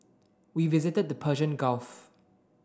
we visited the Persian Gulf